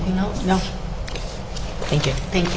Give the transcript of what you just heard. no thank you thank you